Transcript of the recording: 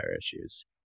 issues